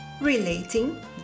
Relating